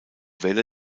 welle